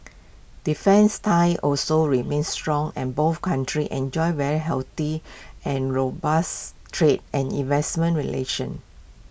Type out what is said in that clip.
defence ties also remain strong and both countries enjoy very healthy and robust trade and investment relations